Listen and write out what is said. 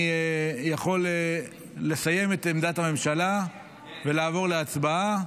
יכול לסיים את עמדת הממשלה ולעבור להצבעה.